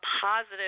positive